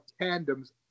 tandems